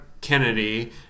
Kennedy